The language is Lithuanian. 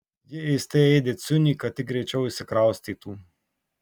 ji ėste ėdė ciunį kad tik greičiau išsikraustytų